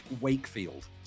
Wakefield